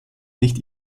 nicht